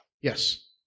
Yes